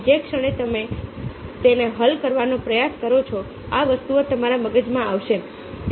તેથી જે ક્ષણે તમે તેને હલ કરવાનો પ્રયાસ કરો છો આ વસ્તુઓ તમારા મગજમાં આવશે